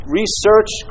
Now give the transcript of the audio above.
research